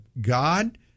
God